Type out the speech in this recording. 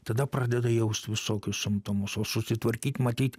tada pradeda jaust visokius simptomus o susitvarkyt matyt